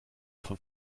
von